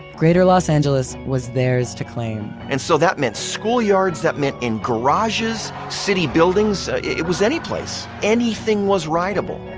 greater los angeles was theirs to claim. and so that meant schoolyards, and that meant in garages, city buildings, it was any place. anything was rideable.